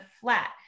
flat